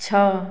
छः